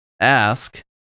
ask